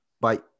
Bye